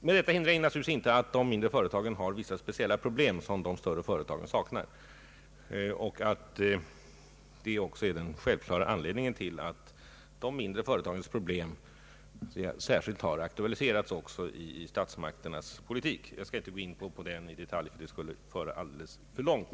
Men detta hindrar naturligtvis inte att de mindre företagen har vissa speciella problem, som de större saknar. Det är också den självklara anledningen till att de mindre företagens problem särskilt har aktualiserats i statsmakternas politik. Jag skall inte gå in på detta i detalj, ty det skulle föra alldeles för långt.